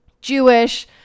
Jewish